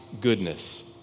goodness